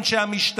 אתם, אנשי המשטרה,